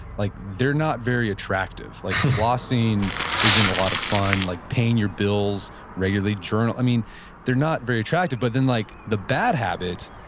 like they're not very attractive, like flossing isn't a lot of fun. like paying your bills regularly, journal, they're not very attractive. but then like the bad habits,